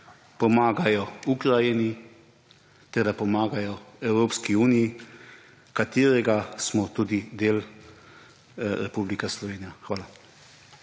pomagajo Ukrajini ter da pomagajo Evropski uniji, katerega smo tudi del Republika Slovenija. Hvala.